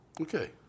Okay